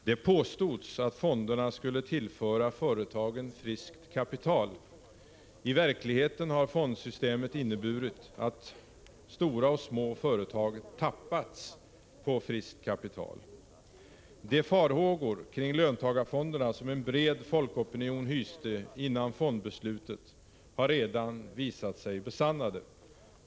Det påstods att fonderna skulle tillföra företagen friskt kapital —i verkligheten har fondsystemet inneburit att stora och små företag tappats på friskt kapital. De farhågor kring löntagarfonderna som en bred folkopinion hyste före fondbeslutet har redan visat sig besannade.